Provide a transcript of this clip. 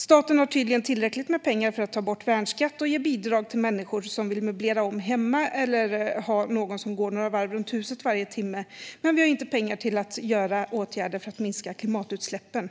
Staten har tydligen tillräckligt med pengar för att ta bort värnskatt och ge bidrag till människor som vill möblera om hemma eller ha någon som går några varv runt huset varje timme, men vi har inte pengar till att vidta åtgärder för att minska klimatutsläppen.